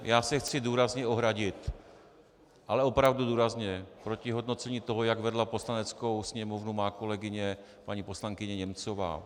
Já se chci zdůrazně ohradit, ale opravdu důrazně, proti hodnocení toho, jak vedla Poslaneckou sněmovnu má kolegyně paní poslankyně Němcová.